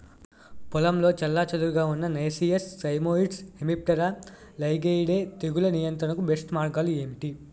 పొలంలో చెల్లాచెదురుగా ఉన్న నైసియస్ సైమోయిడ్స్ హెమిప్టెరా లైగేయిడే తెగులు నియంత్రణకు బెస్ట్ మార్గాలు ఏమిటి?